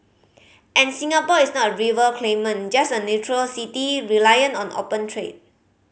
and Singapore is not a rival claimant just a neutral city reliant on open trade